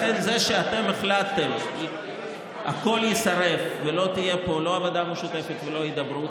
לכן זה שאתם החלטתם שהכול יישרף ולא תהיה פה עבודה משותפת ולא הידברות,